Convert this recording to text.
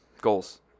Goals